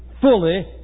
fully